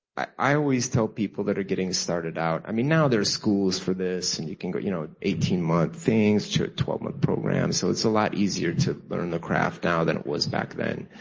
i i always tell people that are getting started out. i mean, now there are schools for this and you can you know eighteen month things, to a twelve month program, so it's a lot easier to learn the craft now than it was back then.